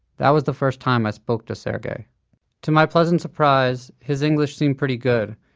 that was the first time i spoke to sergey to my pleasant surprise, his english seemed pretty good.